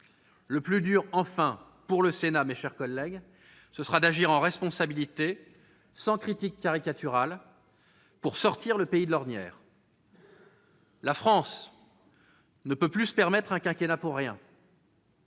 Le plus dur, enfin, pour le Sénat, sera d'agir en responsabilité, sans critiques caricaturales, pour sortir le pays de l'ornière. La France ne peut plus se permettre un quinquennat pour rien.